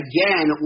Again